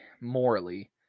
morally